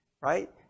Right